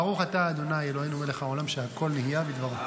ברוך אתה ה' אלוהינו מלך העולם שהכול נהיה בדברו.